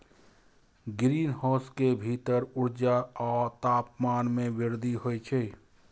greenhouse के भीतर ऊर्जा आ तापमान मे वृद्धि होइ छै